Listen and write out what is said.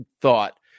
thought